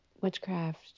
witchcraft